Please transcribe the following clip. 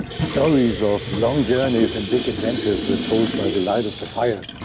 stories of long journeys and big adventures were told by the light of the fire.